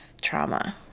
trauma